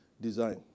Design